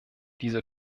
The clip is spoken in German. diese